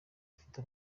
ufite